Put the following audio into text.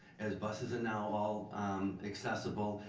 as buses are now all accessible.